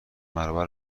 برابر